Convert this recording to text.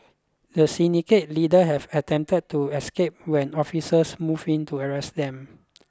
the Syndicate leader have attempted to escape when officers moved in to arrest them